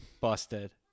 Busted